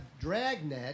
Dragnet